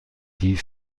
die